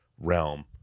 realm